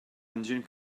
engine